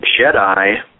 Jedi